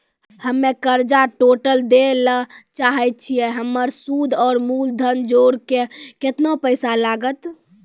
हम्मे कर्जा टोटल दे ला चाहे छी हमर सुद और मूलधन जोर के केतना पैसा लागत?